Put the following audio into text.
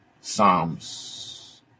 psalms